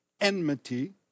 enmity